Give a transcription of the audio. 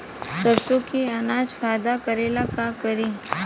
सरसो के अनाज फायदा करेला का करी?